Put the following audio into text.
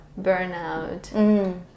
burnout